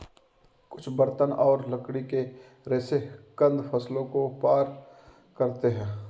कुछ बर्तन और लकड़ी के रेशे कंद फसलों को पार करते है